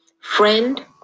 Friend